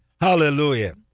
Hallelujah